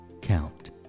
count